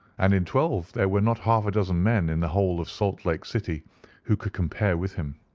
and in twelve there were not half a dozen men in the whole of salt lake city who could compare with him.